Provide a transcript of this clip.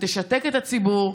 שתשתק את הציבור,